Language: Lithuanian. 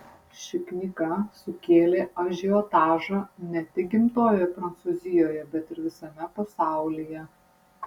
ši knyga sukėlė ažiotažą ne tik gimtojoje prancūzijoje bet ir visame pasaulyje